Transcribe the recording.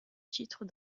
titres